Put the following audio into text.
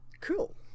cool